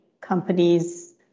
companies